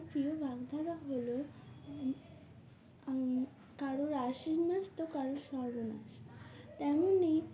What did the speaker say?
আমার প্রিয় বাগধারা হলো কারোর আশ্বিন মাস তো কারোর সর্বনাশ তেমনই